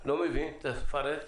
תפרט.